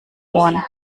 ohren